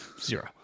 Zero